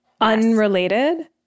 Unrelated